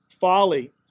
folly